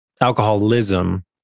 alcoholism